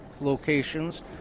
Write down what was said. locations